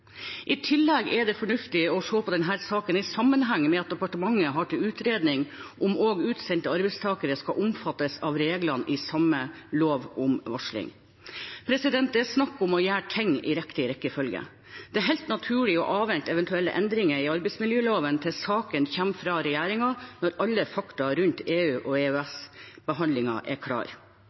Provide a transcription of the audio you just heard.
I tillegg er det fornuftig å se denne saken i sammenheng med at departementet har til utredning om også utsendte arbeidstakere skal omfattes av reglene i samme lov om varsling. Det er snakk om å gjøre ting i riktig rekkefølge. Det er helt naturlig å avvente eventuelle endringer i arbeidsmiljøloven til saken kommer fra regjeringen, når alle fakta rundt EU- og EØS-behandlingen er klar.